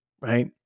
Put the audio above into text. right